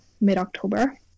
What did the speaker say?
mid-october